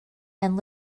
and